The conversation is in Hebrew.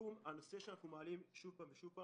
הנושא שאנחנו מעלים שוב ושוב הוא